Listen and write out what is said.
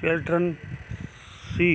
children ਸੀ